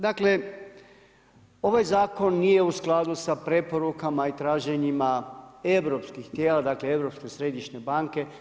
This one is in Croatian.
Dakle, ovaj zakon nije u skladu sa preporukama i traženjima europskih tijela, dakle Europske središnje banke.